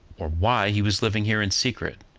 or why he was living here in secret,